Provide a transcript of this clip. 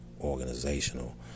organizational